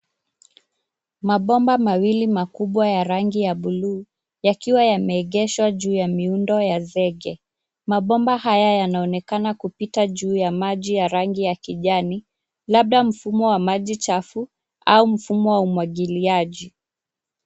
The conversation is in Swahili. Mabomba mawili makubwa ya rangi ya blue , yakiwa yameegeshwa juu ya miundo ya zege. Mabomba haya yanaonekana kupita juu ya maji ya rangi ya kijani, labda mfumo wa maji chafu au mfumo wa umwagiliaji.